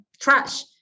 trash